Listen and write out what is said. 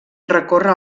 recorre